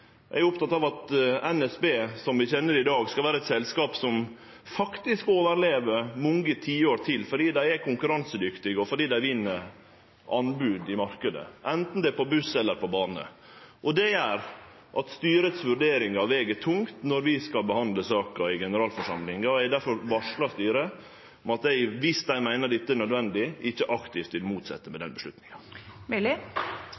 Eg er oppteken av at NSB, som vi kjenner det i dag, skal vere eit selskap som faktisk overlever mange tiår til, fordi dei er konkurransedyktige, og fordi dei vinn anbod i marknaden, anten det er på buss eller bane. Det gjer at vurderingane til styret veg tungt når vi skal behandle saka i generalforsamlinga. Eg har difor varsla styret om at eg, om dei meiner dette er nødvendig, ikkje aktivt vil motsetje meg